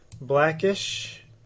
Blackish